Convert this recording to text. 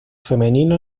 femenino